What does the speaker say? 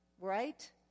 Right